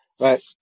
Right